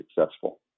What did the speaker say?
successful